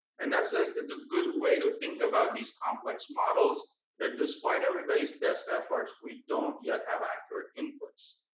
and that's ah that's a good way to think about these complex models that despite everybody's best efforts, we don't yet have accurate inputs.